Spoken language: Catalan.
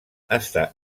està